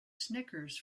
snickers